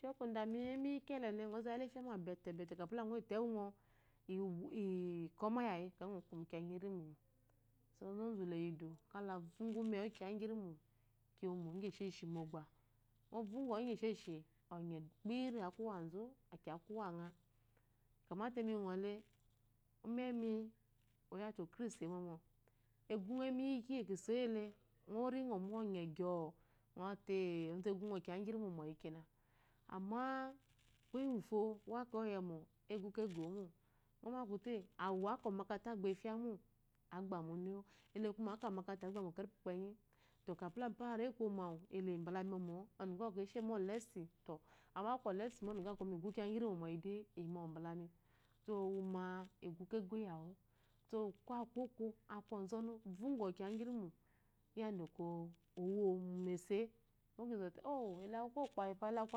akɛyi ŋɔ kómú kenyi irimo. ozózú leyi dú kala vongɔ umewu kiya ngirimó iwómó móbga ŋɔ vongɔ nge sheshi ɔye kpiri aku uwazu ikyo aku uwa ŋa kyámaté imi mí ŋɔlé umeni ɔya wyte oprince eyimɔmo egwonɣ emiyi iki ikisóyilé o. ri ŋɔmɔ ɔnyegyɔ ŋɔ zo té nzú egyó ŋɔ kiya ngirímo moyi kena ama kuye ngufó uwakɔwú eyimɔmɔ egu kegomo akute awu aka momákaratá a gbamá efymo ele kuma aka agbamu okerepi ukpenyi kapila mi yambu iyi reko iwimo awu eyi mbalami mɔmɔ ɔɔnungá wubɔkɔ esgeyi mba ezu eyi onuyo agba aka mba ezu eyi ɔmuyo mo ɔnuga wubɔkɔ mi gukiya ngirimo mɔyi dé eyimɔmɔ nbalámi kúwókwɔgu uwu tete egu kego iyawu ko aku oko ko aku ozonú vongɔ wureko iwomo mu ese mo kizote ele aku okokpayimó aku